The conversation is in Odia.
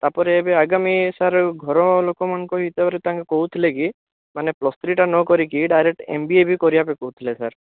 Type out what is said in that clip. ତା'ପରେ ଏବେ ଆଗାମୀ ସାର୍ ଘର ଲୋକମାନଙ୍କ ହିସାବରେ ତାଙ୍କ କହୁଥିଲେ କି ମାନେ ପ୍ଲସ୍ ଥ୍ରୀଟା ନକରିକି direct M B A B କରିବା ପାଇଁ କହୁଥିଲେ ସାର୍